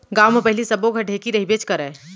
गॉंव म पहिली सब्बो घर ढेंकी रहिबेच करय